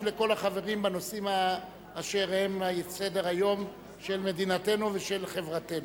לכל החברים בנושאים אשר הם על סדר-היום של מדינתנו ושל חברתנו.